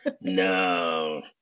No